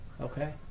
Okay